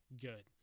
good